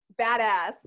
badass